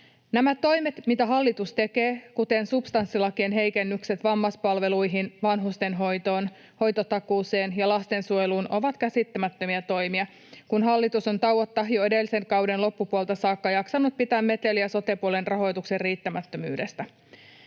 Nämä toimet, mitä hallitus tekee, kuten substanssilakien heikennykset vammaispalveluihin, vanhustenhoitoon, hoitotakuuseen ja lastensuojeluun, ovat käsittämättömiä toimia, kun hallitus on tauotta jo edellisen kauden loppupuolelta saakka jaksanut pitää meteliä sote-puolen rahoituksen riittämättömyydestä.